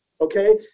Okay